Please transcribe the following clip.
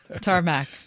tarmac